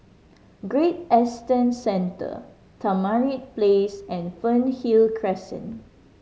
Great Eastern Center Tamarind Place and Fernhill Crescent